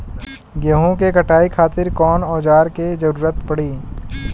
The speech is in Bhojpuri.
गेहूं के कटाई खातिर कौन औजार के जरूरत परी?